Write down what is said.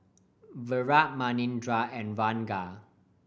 Virat Manindra and Ranga